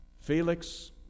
Felix